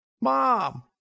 Mom